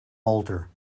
older